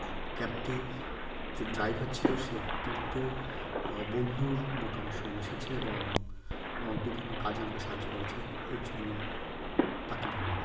app ক্যাবটি যে driver ছিল সে অত্যন্ত বন্ধুর মতো আমার সঙ্গে মিশেছে এবং এবং বিভিন্ন কাজে আমাকে সাহায্য করেছে এর জন্য তাকে ধন্যবাদ